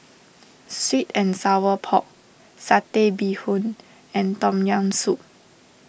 Sweet and Sour Pork Satay Bee Hoon and Tom Yam Soup